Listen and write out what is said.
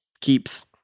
keeps